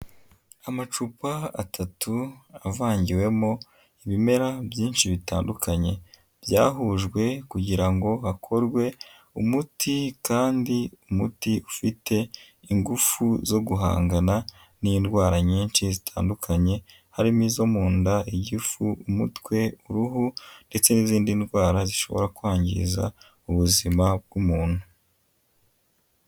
Amacupa atatu, avangiwemo ibimera byinshi bitandukanye, byahujwe kugira ngo hakorwe umuti, kandi umuti ufite ingufu zo guhangana n'indwara nyinshi zitandukanye, harimo izo mu nda, igifu, umutwe, uruhu, ndetse n'izindi ndwara zishobora kwangiza ubuzima bw'umuntu.